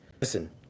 listen